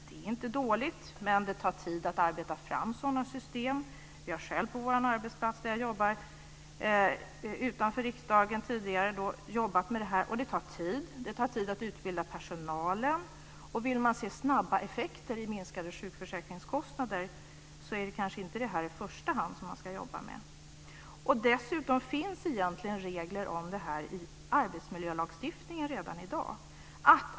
Det är inte dåligt, men det tar tid att arbeta fram sådana system. Jag har själv på min tidigare arbetsplats utanför riksdagen jobbat med detta. Det tar tid att utbilda personalen, och vill man se snabba effekter i form av minskade sjukförsäkringskostnader är det kanske inte i första hand detta som man ska jobba med. Dessutom finns det regler om detta i arbetsmiljölagstiftningen redan i dag.